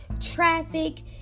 traffic